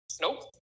Nope